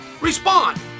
respond